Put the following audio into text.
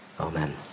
amen